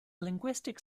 linguistic